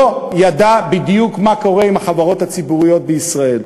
לא ידע בדיוק מה קורה עם החברות הציבוריות בישראל.